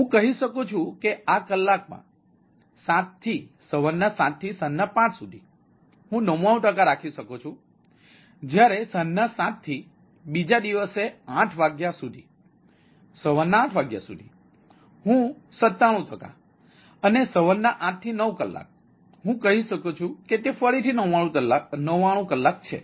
હું કહી શકું છું કે આ કલાકમાં 700 થી 1700 સુધી હું 99 ટકા રાખી શકું છું જ્યારે 1900 થી બીજા દિવસ 800 કલાક સુધી હું હજી પણ 97 ટકા અને 800 થી 900 કલાક હું કહી શકું છું કે તે ફરીથી ૯૯ ટકા છે